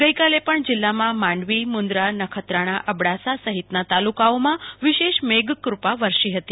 ગઈકાલે પણ જિલ્લામાં માંડવી મુન્દ્રા નખત્રાણા અબડાસા સહિતના તાલુકાઓમાં વિશેષ મેઘકુપા વરસી હતી